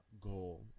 goal